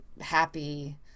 happy